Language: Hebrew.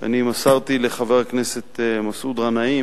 אני מסרתי לחבר הכנסת מסעוד גנאים